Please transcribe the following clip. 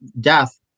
death